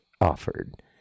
offered